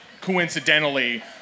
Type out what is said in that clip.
coincidentally